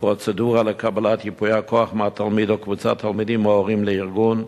בפרוצדורה לקבלת ייפוי הכוח מהתלמיד או קבוצת תלמידים או הורים לארגון.